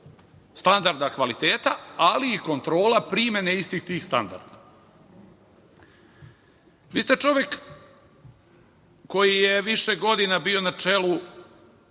standarda kvaliteta, ali i kontrola primene istih tih standarda. Vi ste čovek koji je više godina bio na čelu